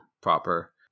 proper